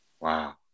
Wow